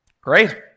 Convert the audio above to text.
Great